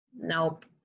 Nope